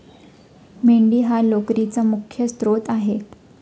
मेंढी हा लोकरीचा मुख्य स्त्रोत आहे